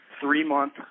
three-month